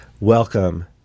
Welcome